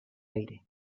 aire